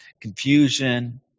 confusion